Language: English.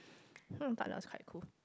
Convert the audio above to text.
hmm thought that was quite cool